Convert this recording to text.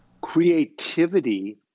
Creativity